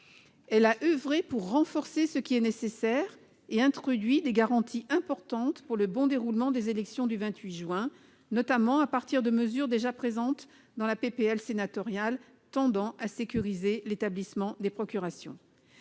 Elle a oeuvré pour renforcer ce qui est nécessaire et a introduit des garanties importantes pour le bon déroulement des élections du 28 juin, notamment à partir de mesures déjà présentes dans la proposition de loi sénatoriale tendant à sécuriser l'établissement des procurations